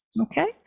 okay